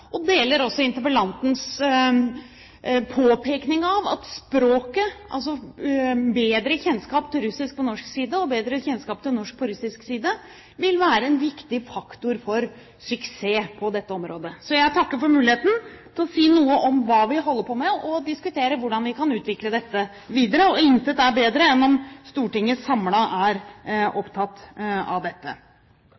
deler også interpellantens påpekning av at språket, altså bedre kjennskap til russisk på norsk side og bedre kjennskap til norsk på russisk side, vil være en viktig faktor for suksess på dette området. Så jeg takker for muligheten til å si noe om hva vi holder på med, og til å diskutere hvordan vi kan utvikle dette videre. Intet er bedre enn om Stortinget samlet er